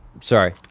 Sorry